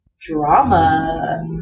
Drama